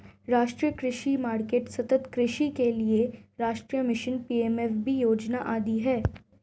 राष्ट्रीय कृषि मार्केट, सतत् कृषि के लिए राष्ट्रीय मिशन, पी.एम.एफ.बी योजना आदि है